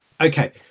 Okay